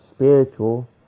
spiritual